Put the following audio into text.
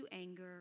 anger